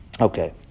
Okay